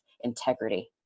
integrity